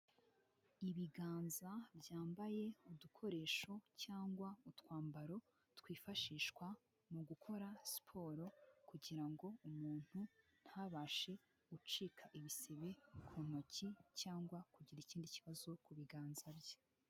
Ibiganza byambaye udukoresho cyangwa utwambaro twifashishwa mu gukora siporo, kugira ngo umuntu ntabashe gucika ibisebe ku ntoki cyangwa kugira ikindi kibazo ku biganza bye.